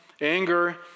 anger